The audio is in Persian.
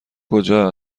کجا